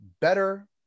better